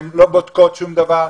הן לא בודקות שום דבר,